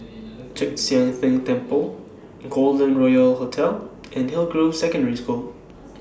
Chek Sian Tng Temple Golden Royal Hotel and Hillgrove Secondary School